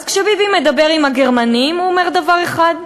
אז כשביבי מדבר עם הגרמנים הוא אומר דבר אחד,